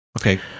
Okay